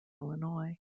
illinois